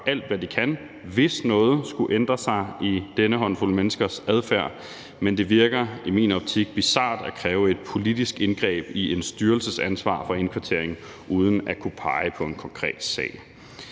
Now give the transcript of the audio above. alt, hvad de kan, hvis noget skulle ændre sig i denne håndfuld menneskers adfærd, men det virker i min optik bizart at kræve et politisk indgreb i en styrelses ansvar for indkvartering uden at kunne pege på en konkret sag.